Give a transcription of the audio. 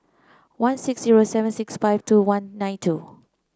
one six zero seven six five two one nine two